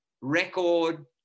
record